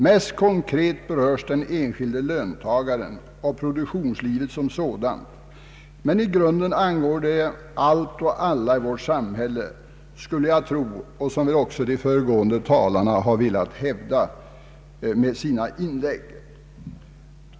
Mest konkret berörs den enskilde löntagaren och produktionslivet som sådant, men i grunden angår det allt och alla i vårt samhälle, skulle jag tro. Det har väl också de föregående talarna velat hävda med sina inlägg.